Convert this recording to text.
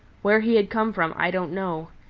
where he had come from, i don't know.